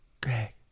Greg